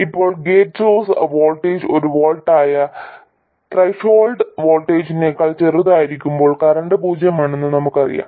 ഇപ്പോൾ gate source voltage ഒരു വോൾട്ടായ ത്രെഷോൾഡ് വോൾട്ടേജിനേക്കാൾ ചെറുതായിരിക്കുമ്പോൾ കറന്റ് പൂജ്യമാണെന്ന് നമുക്കറിയാം